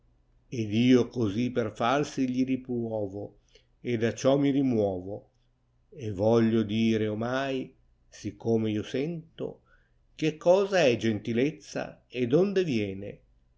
d io così per falsi gli ripruoto da ciò mi rimuovo toglio dire ornai siccome io sento che cosa è gentilezza e donde viene